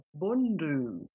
Bundu